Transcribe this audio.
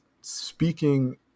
Speaking